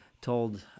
told